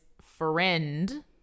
friend